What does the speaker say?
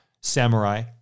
samurai